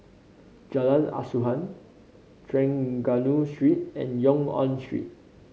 Jalan Asuhan Trengganu Street and Yung An Road